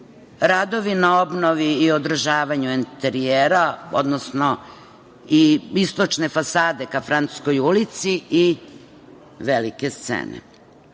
radovi na obnovi i održavanju enterijera, odnosno istočne fasade ka Francuskoj ulici i Velike scene;